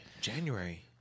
January